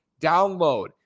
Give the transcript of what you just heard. Download